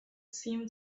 seemed